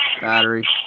battery